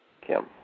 Kim